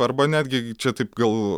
arba netgi čia taip gal